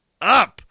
up